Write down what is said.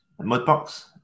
Mudbox